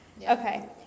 okay